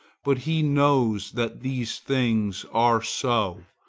but he knows that these things are so,